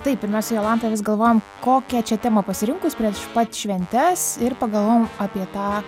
taip ir mes su jolanta vis galvojam kokią čia temą pasirinkus prieš pat šventes ir pagalvojom apie tą